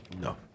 No